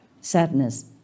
sadness